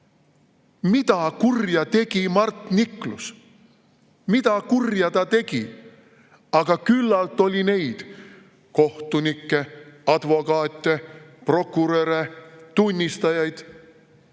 Mida kurja tegi Mart Niklus? Mida kurja ta tegi? Aga küllalt oli neid kohtunikke, advokaate, prokuröre, tunnistajaid,